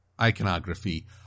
iconography